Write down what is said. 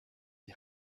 die